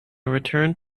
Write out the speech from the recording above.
returned